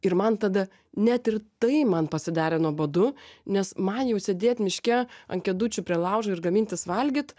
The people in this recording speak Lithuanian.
ir man tada net ir tai man pasidarė nuobodu nes man jau sėdėt miške ant kėdučių prie laužo ir gamintis valgyt